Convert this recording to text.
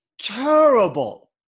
terrible